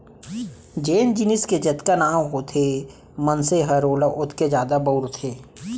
जेन जिनिस के जतका नांव होथे मनसे हर ओला ओतके जादा बउरथे